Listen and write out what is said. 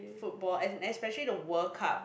football and especially the World Cup